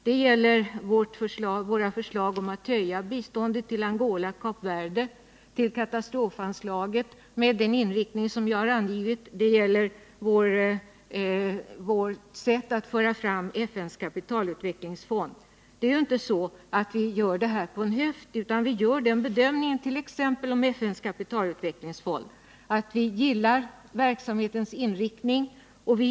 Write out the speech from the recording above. Det gäller våra förslag om att höja biståndet till Angola och Kap Verde och att höja katastrofanslaget med den inriktning som jag angivit. Det gäller vårt förslag om ytterligare medel till FN:s kapitalutvecklingsfond. Vi gör inte detta på en höft utan vi gör den bedömningen av FN:s kapitalutvecklingsfond att vi gillar verksamhetens inriktning.